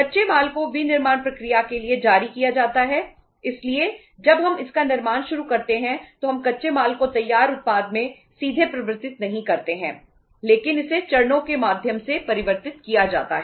कच्चे माल को विनिर्माण प्रक्रिया के लिए जारी किया जाता है इसलिए जब हम इसका निर्माण शुरू करते हैं तो हम कच्चे माल को तैयार उत्पाद में सीधे परिवर्तित नहीं करते हैं लेकिन इसे चरणों के माध्यम से परिवर्तित किया जाता है